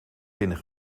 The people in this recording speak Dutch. binnen